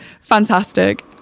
fantastic